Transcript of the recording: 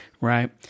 Right